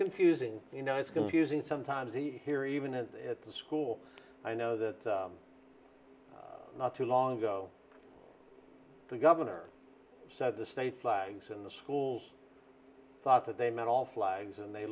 confusing you know it's confusing sometimes a here even it at the school i know that not too long ago the governor said the state flags in the schools i thought that they meant all flags and they